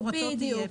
צורתו תהיה.